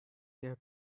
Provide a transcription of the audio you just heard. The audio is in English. their